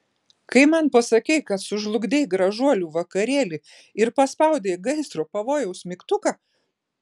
kai man pasakei kad sužlugdei gražuolių vakarėlį ir paspaudei gaisro pavojaus mygtuką